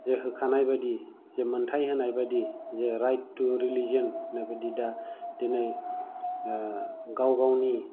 जे होखानाय बायदि जे मोनथाय होनाय बायदि राइट टु रिलिजियोन होनाय बायदि दा नै गाव गावनि